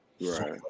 Right